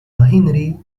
هنري